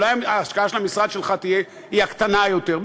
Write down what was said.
אולי ההשקעה של המשרד שלך היא הקטנה יותר,